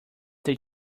they